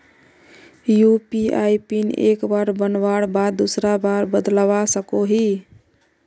UPI pin एक बार बनवार बाद दूसरा बार बदलवा सकोहो ही?